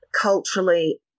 culturally